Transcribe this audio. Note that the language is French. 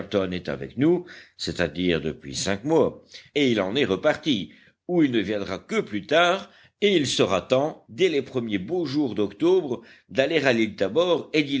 est avec nous c'est-à-dire depuis cinq mois et il en est reparti ou il ne viendra que plus tard et il sera temps dès les premiers beaux jours d'octobre d'aller à l'île tabor